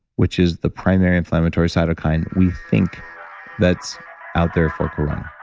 which is the primary inflammatory cytokine, we think that's out there for a